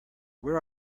where